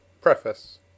Preface